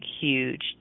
huge